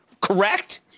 Correct